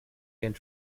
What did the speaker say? can